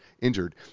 injured